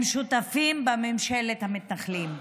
הם שותפים בממשלת המתנחלים,